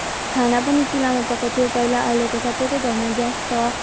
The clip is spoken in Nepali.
खाना पनि चुलामा पकाउँथ्यो पहिला अहिले त सबैको घरमा ग्यास छ